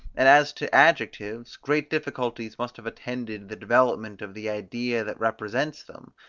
and as to adjectives, great difficulties must have attended the development of the idea that represents them,